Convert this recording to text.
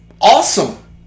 Awesome